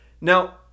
now